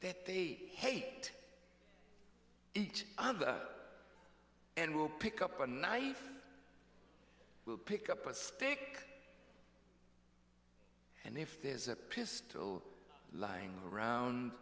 that they hate each other and will pick up a knife will pick up a stick and if there's a pistol lying around